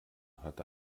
hatte